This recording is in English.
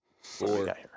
four